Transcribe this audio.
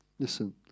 listen